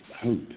hope